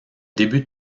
début